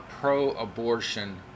pro-abortion